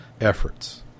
efforts